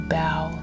bow